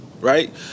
right